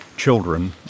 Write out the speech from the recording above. Children